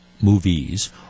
movies